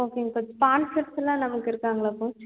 ஓகேங்க கோச் ஸ்பான்சர்ஸுலாம் நமக்கு இருக்காங்களா கோச்